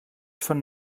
von